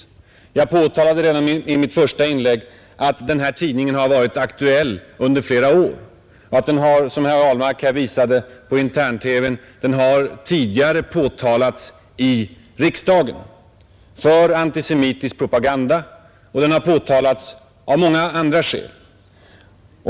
Jag påtalade redan i mitt första inlägg att denna tidning har varit aktuell i flera år och att den, som herr Ahlmark här visade på intern-TV-skärmen, tidigare har påtalats i riksdagen för antisemitisk propaganda och av många andra skäl.